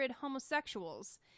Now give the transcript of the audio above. homosexuals